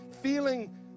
feeling